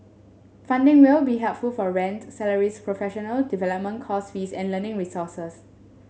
funding will be helpful for rent salaries professional development course fees and learning resources